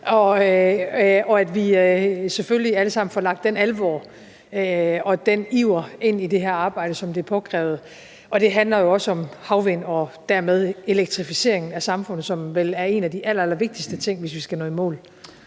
– at vi selvfølgelig alle sammen får lagt den alvor og den iver ind i det her arbejde, som er påkrævet, og det handler jo også om havvind og dermed elektrificeringen af samfundet, som vel er en af de allerallervigtigste ting, hvis vi skal nå i mål.